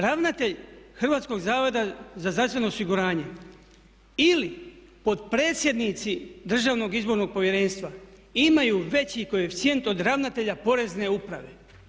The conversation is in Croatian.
Ravnatelj Hrvatskog zavoda za zdravstveno osiguranje ili potpredsjednici Državnog izbornog povjerenstva imaju veći koeficijent od ravnatelja Porezne uprave.